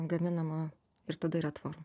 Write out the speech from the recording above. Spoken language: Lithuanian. gaminama ir tada yra tvaru